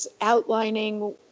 outlining